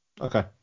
Okay